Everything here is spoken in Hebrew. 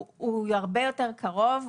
הרבה יותר קרוב,